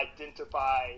identify